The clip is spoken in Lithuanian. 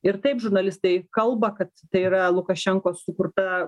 ir taip žurnalistai kalba kad tai yra lukašenkos sukurta